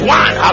one